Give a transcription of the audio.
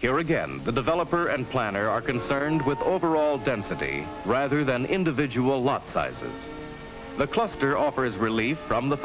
here again the developer and planner are concerned with overall density rather than individual lot sizes the cluster of there is relief from the